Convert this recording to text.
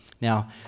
Now